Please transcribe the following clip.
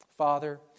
Father